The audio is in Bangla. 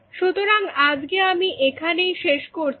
সুতরাং আজকে আমি এখানেই শেষ করছি